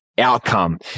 outcome